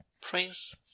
Prince